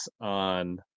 on